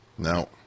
No